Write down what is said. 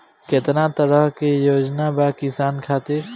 केतना तरह के योजना बा किसान खातिर?